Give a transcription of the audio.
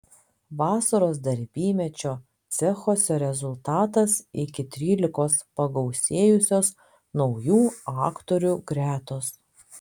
vasaros darbymečio cechuose rezultatas iki trylikos pagausėjusios naujų aktorių gretos